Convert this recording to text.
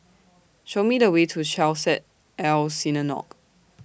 Show Me The Way to Chesed El Synagogue